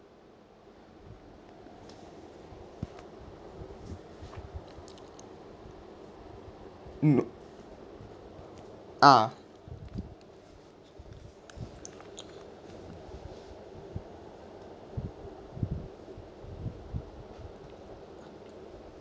no ah